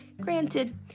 Granted